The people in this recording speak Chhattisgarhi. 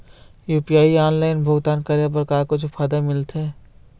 यू.पी.आई ऑनलाइन भुगतान करे बर का कुछू फायदा मिलथे?